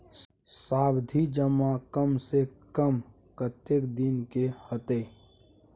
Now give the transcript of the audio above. सावधि जमा कम से कम कत्ते दिन के हते?